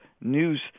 news